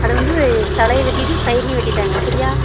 அது வந்து தலையை வெட்டிட்டு சைடுலேயும் வெட்டி தாங்க சரியா